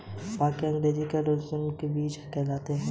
भांग को अंग्रेज़ी में cannabis, marijuana, weed भी कहते हैं